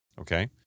Okay